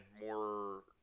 more